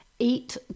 Eat